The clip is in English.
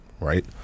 right